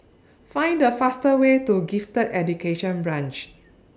Find The fastest Way to Gifted Education Branch